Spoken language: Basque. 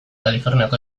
kaliforniako